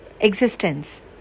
existence